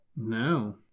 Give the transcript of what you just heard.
no